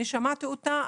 אני שמעתי אותה.